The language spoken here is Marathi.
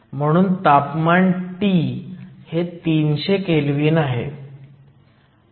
म्हणून तापमान T हे 300 केल्व्हीन आहे